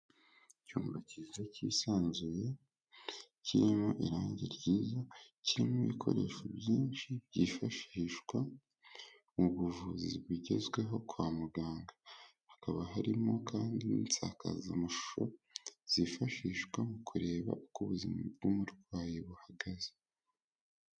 Icyumba cyiza cyisanzuye, kirimo irangi ryiza, kirimo ibikoresho byinshi byifashishwa mu buvuzi bugezweho kwa muganga, hakaba harimo kandi n'insakazamashusho zifashishwa mu kureba uko ubuzima bw'umurwayi buhagaze.